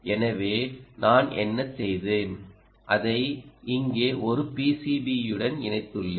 எனவே நான் என்ன செய்தேன் அதை இங்கே ஒரு பிசிபியுடன் இணைத்துள்ளேன்